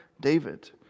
David